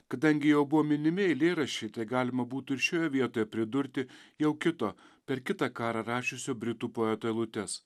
kadangi jau buvo minimi eilėraščiai tai galima būtų ir šioje vietoje pridurti jau kito per kitą karą rašiusio britų poeto eilutes